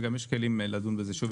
וגם יש כלים לדון בזה שוב,